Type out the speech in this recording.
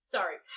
Sorry